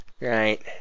Right